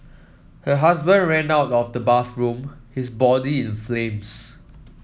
her husband ran out of the bathroom his body in flames